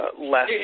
less